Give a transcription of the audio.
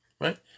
right